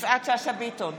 יפעת שאשא ביטון,